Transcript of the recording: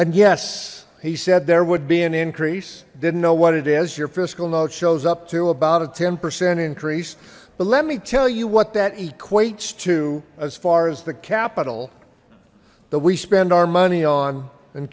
and yes he said there would be an increase didn't know what it is your fiscal note shows up to about a ten percent increase but let me tell you what that equates to as far as the capital that we spend our money on in